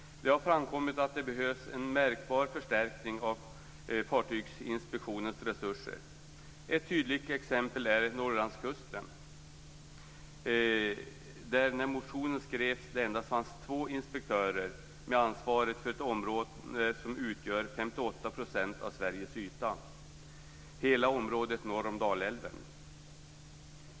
Det har framkommit att det behövs en märkbar förstärkning av fartygsinspektionens resurser. Ett tydligt exempel är Norrlandskusten, där det endast fanns två inspektörer när motionen skrevs. De hade ansvaret för ett område som utgör 58 % av Sveriges yta - hela området norr om Dalälven.